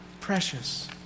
precious